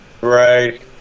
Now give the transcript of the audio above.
right